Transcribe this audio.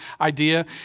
idea